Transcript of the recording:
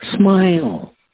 Smile